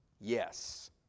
yes